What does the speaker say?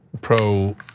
Pro